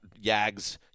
yags